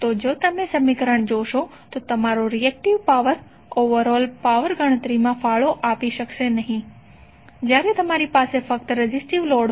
જો તમે સમીકરણ જોશો તો તમારો રિએકટીવ પાવર ઓવરઓલ પાવર ગણતરીમાં ફાળો આપી શકશે નહીં જ્યારે તમારી પાસે ફક્ત રેઝિસ્ટીવ લોડ હોય